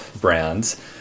brands